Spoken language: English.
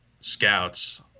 scouts